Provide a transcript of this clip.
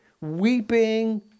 weeping